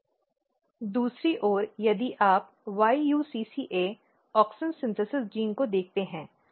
दूसरी ओर यदि आप YUCCA ऑक्सिन संश्लेषण जीन को देखते हैं